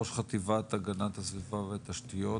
ראש חטיבת הגנת הסביבה והתשתיות,